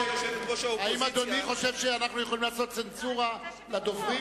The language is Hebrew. האם אדוני חושב שאנחנו יכולים לעשות צנזורה לדוברים?